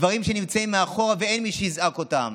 הדברים שנמצאים מאחור, ואין מי שיזעק אותם.